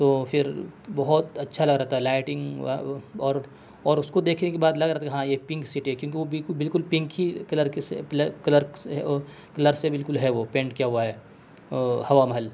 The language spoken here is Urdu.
تو پھر بہت اچھا لگ رہا تھا لائٹنگ اور اور اس کو دیکھنے کے بعد لگ رہا تھا ہاں یہ پنک سٹی ہے کیوں کہ وہ بالکل بالکل پنک ہی کلر کی کلرک کلرس سے بالکل ہے وہ پینٹ کیا ہوا ہے وہ ہوا محل